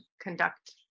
conduct